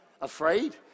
Afraid